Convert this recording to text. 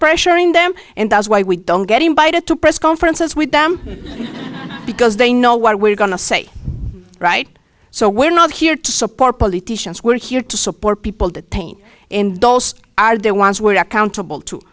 pressuring them and that's why we don't get invited to press conferences with them because they know where we're going to say right so we're not here to support politicians we're here to support people detained and those are their wants we're accountable to